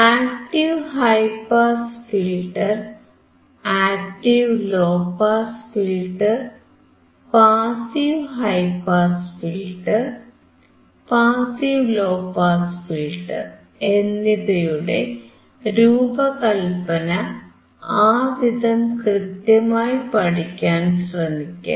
active high pass filter active low pass filter passive high pass filter passive low pass filter എന്നിവയുടെ രൂപകല്പന ആ വിധം കൃത്യമായി പഠിക്കാൻ ശ്രമിക്കാം